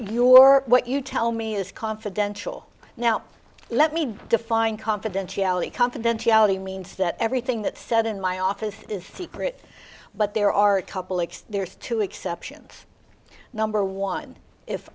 or what you tell me is confidential now let me define confidentiality confidentiality means that everything that said in my office is secret but there are a couple extends to exceptions number one if